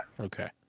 okay